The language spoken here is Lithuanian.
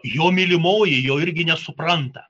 jo mylimoji jo irgi nesupranta